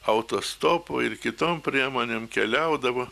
autostopu ir kitom priemonėm keliaudavo